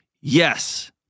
Yes